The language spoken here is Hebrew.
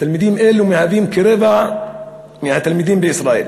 תלמידים אלו הם כרבע מהתלמידים בישראל.